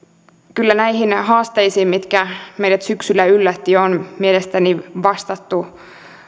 kyllä näihin näihin haasteisiin mitkä meidät syksyllä yllättivät on mielestäni vastattu